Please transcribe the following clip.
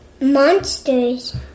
Monsters